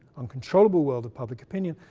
uncontrollable world of public opinion,